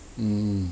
mm